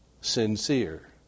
sincere